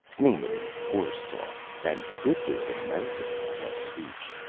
name it in horse-talk, and could do it in american if i had speech.